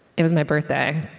it was my birthday.